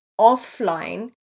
offline